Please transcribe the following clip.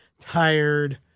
tired